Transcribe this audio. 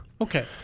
Okay